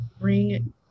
bring